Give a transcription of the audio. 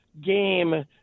game